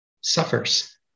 suffers